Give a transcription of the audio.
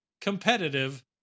competitive